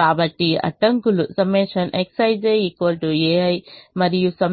కాబట్టి అడ్డంకులు ∑ Xij ai మరియు ∑i